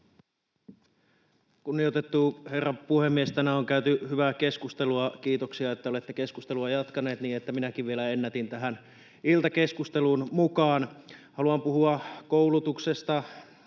Kunnioitettu herra puhemies! Tänään on käyty hyvää keskustelua — kiitoksia, että olette keskustelua jatkaneet, niin että minäkin vielä ennätin tähän iltakeskusteluun mukaan. Haluan puhua koulutuksesta,